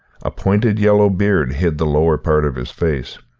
a pointed yellow beard hid the lower part of his face,